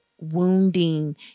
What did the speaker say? Wounding